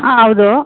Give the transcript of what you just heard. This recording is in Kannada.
ಆಂ ಹೌದೂ